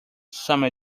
some